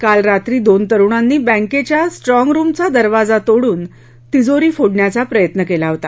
काल रात्री दोन तरुणांनी बँकेच्या स्ट्राँग रुमचा दरवाजा तोडून तिजोरी फोडण्याचा प्रयत्न केला होता